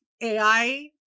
AI